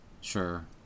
sure